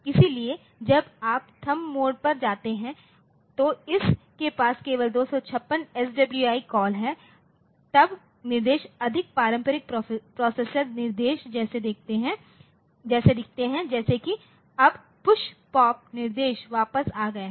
इसलिए जब आप थंब मोड पर जाते हैं तो इस के पास केवल 256 SWI कॉल है तब निर्देश अधिक पारंपरिक प्रोसेसर निर्देश जैसे दिखते हैं जैसे कि अब PUSH POP निर्देश वापस आ गए हैं